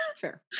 Sure